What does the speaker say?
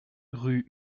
rue